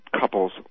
couples